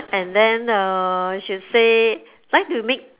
and then uh she'll say like to make